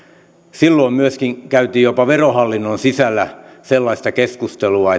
silloin myöskin käytiin jopa verohallinnon sisällä sellaista keskustelua